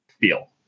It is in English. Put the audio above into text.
feel